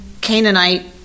Canaanite